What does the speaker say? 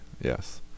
Yes